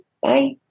Bye